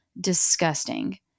disgusting